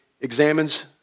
examines